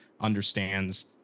understands